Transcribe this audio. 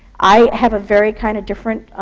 i have a very kind of different